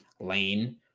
Lane